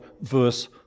verse